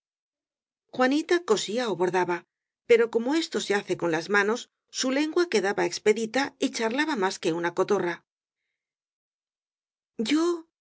juanita cosía ó bordaba pero como esto se hace con las manos su lengua quedaba expedi ta y charlaba más que una cotorra yo